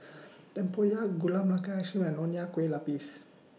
Tempoyak Gula and Nonya Kueh Lapis